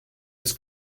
des